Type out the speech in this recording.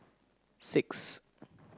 six